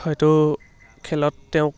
হয়তো খেলত তেওঁক